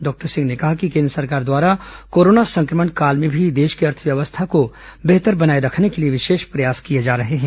doctor Singh ने कहा कि केन्द्र सरकार द्वारा कोरोना संक्रमण काल में भी देश की अर्थव्यवस्था को बेहतर बनाए रखने के लिए विशेष प्रयास किए जा रहे हैं